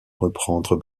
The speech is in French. reprendre